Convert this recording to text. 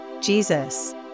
Jesus